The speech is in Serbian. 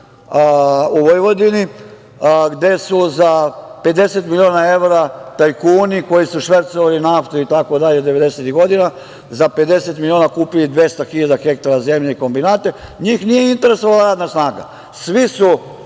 u Vojvodini, gde su za 50 miliona evra tajkuni koji su švercovali naftu itd. devedesetih godina, za 50 miliona kupili 200.000 hektara zemlje i kombinate. Njih nije interesovala radna snaga. Svi su